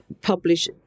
publish